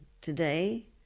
Today